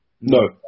No